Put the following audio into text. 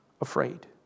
afraid